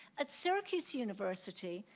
at syracuse university,